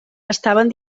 estaven